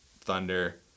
Thunder